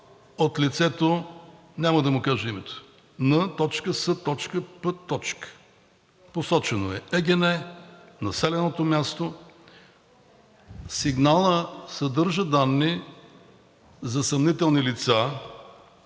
от лицето – няма да му кажа името, Н.С.П., посочено е ЕГН, населеното място. Сигналът съдържа данни за съмнителни лица,